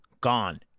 gone